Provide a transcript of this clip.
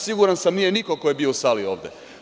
Siguran sam da nije niko ko je bio u sali ovde.